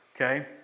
Okay